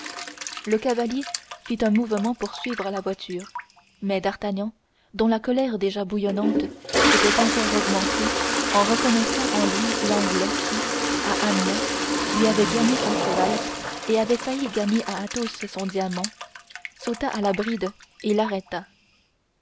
le cavalier fit un mouvement pour suivre la voiture mais d'artagnan dont la colère déjà bouillante s'était encore augmentée en reconnaissant en lui l'anglais qui à amiens lui avait gagné son cheval et avait failli gagner à athos son diamant sauta à la bride et l'arrêta